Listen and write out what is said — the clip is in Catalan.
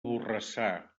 borrassà